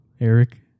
Eric